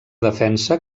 defensa